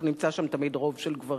אנחנו נמצא שם תמיד רוב של גברים.